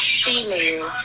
female